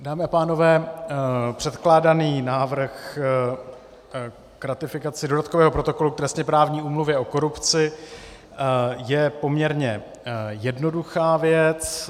Dámy a pánové, předkládaný návrh k ratifikaci Dodatkového protokolu k Trestněprávní úmluvě o korupci je poměrně jednoduchá věc.